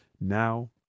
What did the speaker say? now